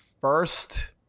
First